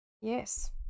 Yes